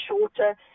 shorter